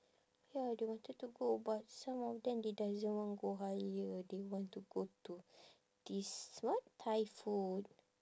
ya they wanted to go but some of them they doesn't want go Halia they want to go to this what thai food